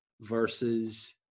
versus